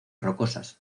rocosas